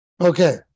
Okay